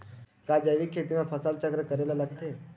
का जैविक खेती म फसल चक्र करे ल लगथे?